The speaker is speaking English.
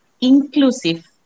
inclusive